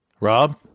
rob